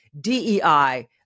DEI